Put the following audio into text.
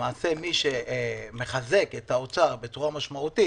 למעשה מי שמחזק את האוצר בצורה משמעותית